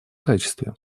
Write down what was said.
качестве